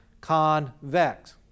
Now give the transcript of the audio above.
convex